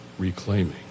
Reclaiming